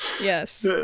yes